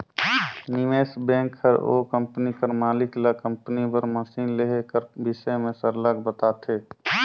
निवेस बेंक हर ओ कंपनी कर मालिक ल कंपनी बर मसीन लेहे कर बिसे में सरलग बताथे